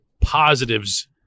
positives